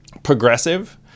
progressive